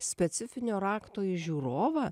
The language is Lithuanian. specifinio rakto į žiūrovą